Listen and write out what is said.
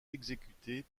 exécutée